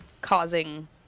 causing